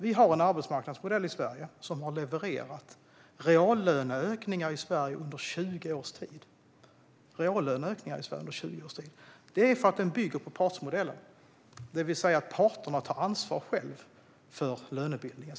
Vi har en arbetsmarknadsmodell i Sverige som har levererat reallöneökningar i landet under 20 års tid. Det är för att den bygger på partsmodellen, det vill säga att parterna själva tar ansvar för lönebildningen.